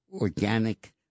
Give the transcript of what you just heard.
organic